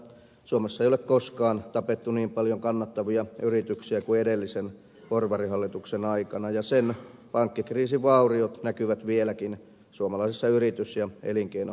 suomessa ei ole koskaan tapettu niin paljon kannattavia yrityksiä kuin edellisen porvarihallituksen aikana ja sen pankkikriisin vauriot näkyvät vieläkin suomalaisessa yritys ja elinkeinorakenteessa